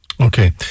Okay